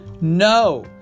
no